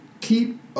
Keep